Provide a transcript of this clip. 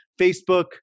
Facebook